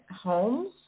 homes